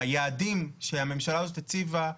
היעדים שהממשלה הזאת הציבה,